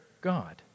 God